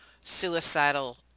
suicidal